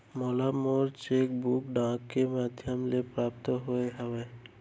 मोला मोर cheque book डाक के मध्याम ले प्राप्त होय हवे